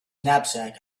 knapsack